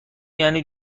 یعنی